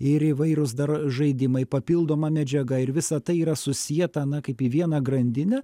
ir įvairūs dar žaidimai papildoma medžiaga ir visa tai yra susieta na kaip į vieną grandinę